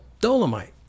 Dolomite